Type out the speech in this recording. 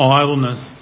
idleness